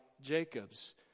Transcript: Jacob's